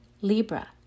Libra